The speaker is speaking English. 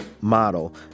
model